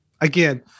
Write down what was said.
again